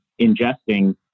ingesting